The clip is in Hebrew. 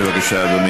בבקשה, אדוני.